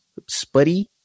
Spuddy